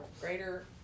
greater